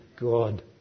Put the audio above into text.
God